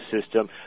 system